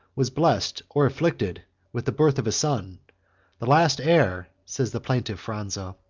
was blessed or afflicted with the birth of a son the last heir, says the plaintive phranza,